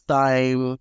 time